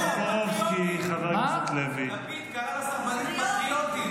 כי נוח לך, זה מאחורינו.